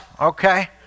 Okay